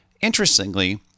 Interestingly